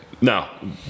No